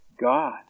God